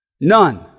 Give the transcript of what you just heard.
None